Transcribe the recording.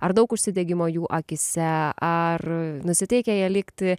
ar daug užsidegimo jų akyse ar nusiteikę jie likti